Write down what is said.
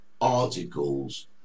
articles